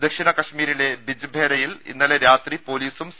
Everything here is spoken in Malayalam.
ദക്ഷിണ കശ്മീരിലെ ബിജ്ഭേരയിൽ ഇന്നലെ രാത്രി പൊലീസും സി